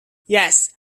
yes